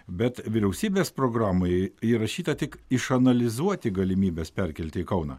bet vyriausybės programoje įrašyta išanalizuoti galimybes perkelti į kauną